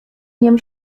niem